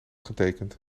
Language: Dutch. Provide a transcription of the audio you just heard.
getekend